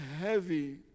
heavy